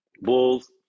Bulls